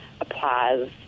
applause